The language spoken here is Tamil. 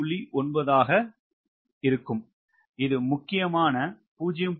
9 ஆக இருக்கும் இது முக்கியமான 0